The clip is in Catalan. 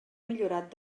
millorat